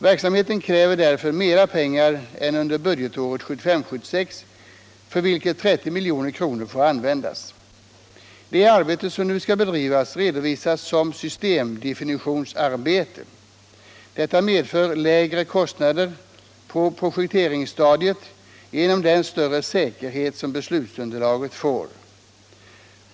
Verksamheten kräver därför mer pengar än under budgetåret 1975/76, för vilket 30 milj.kr. får användas. Det arbete som nu skall bedrivas redovisas som systemdefinitionsarbete. Detta arbete medför lägre kostnader på projekteringsstadiet genom den större säkerhet som beslutsunderlaget får.